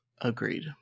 Agreed